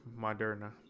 Moderna